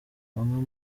bamwe